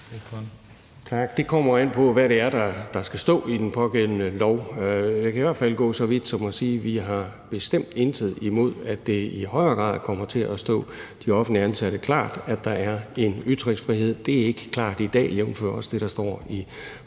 Tak. Det kommer jo an på, hvad det er, der skal stå i den pågældende lov. Jeg kan i hvert fald gå så vidt som at sige, at vi bestemt ikke har noget imod, at det i højere grad kommer til at stå de offentligt ansatte klart, at der er en ytringsfrihed. Det er ikke klart i dag, også jævnfør det, der står i forslaget.